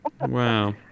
Wow